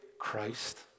Christ